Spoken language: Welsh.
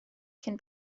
cyn